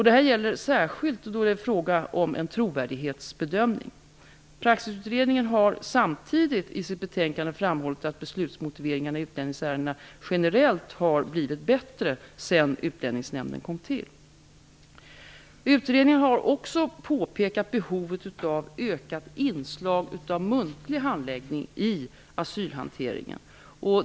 Detta gäller särskilt då det är fråga om en trovärdighetsbedömning. Praxisutredningen har samtidigt i sitt betänkande framhållit att beslutsmotiveringarna i utlänningsärendena generellt har blivit bättre sedan Utlänningsnämnden kom till. Utredningen har också påpekat behovet av ökat inslag av muntlig handläggning i asylhanteringen.